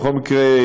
בכל מקרה,